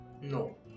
No